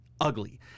ugly